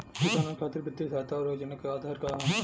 किसानन खातिर वित्तीय सहायता और योजना क आधार का ह?